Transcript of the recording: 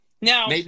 now